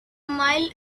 mile